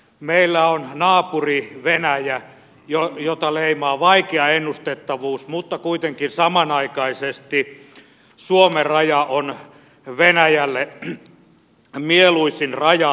meillä on naapuri venäjä jota leimaa vaikea ennustettavuus mutta kuitenkin samanaikaisesti suomen raja on venäjälle mieluisin raja